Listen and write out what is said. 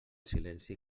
silenci